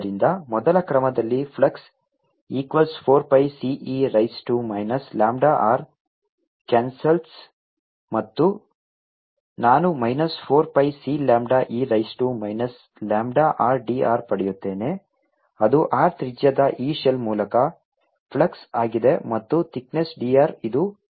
ಆದ್ದರಿಂದ ಮೊದಲ ಕ್ರಮದಲ್ಲಿ flux equals 4 pi C e raise to minus lambda r cancel ಮತ್ತು ನಾನು minus 4 pi C lambda E raise to minus lambda r d r ಪಡೆಯುತ್ತೇನೆ ಅದು r ತ್ರಿಜ್ಯದ ಈ ಶೆಲ್ ಮೂಲಕ ಫ್ಲಕ್ಸ್ ಆಗಿದೆ ಮತ್ತು ತಿಕ್ನೆಸ್ d r ಅದು ಉತ್ತರವಾಗಿದೆ